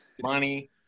money